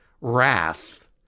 wrath